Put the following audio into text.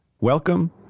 welcome